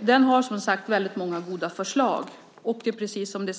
Den har som sagt väldigt många goda förslag.